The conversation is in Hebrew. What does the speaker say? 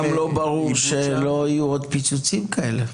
גם לא ברור שלא יהיו עוד פיצוצים כאלה.